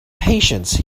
patience